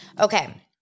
Okay